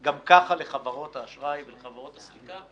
גם כך לחברות האשראי ולחברות הסחיטה,